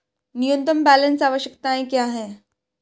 न्यूनतम बैलेंस आवश्यकताएं क्या हैं?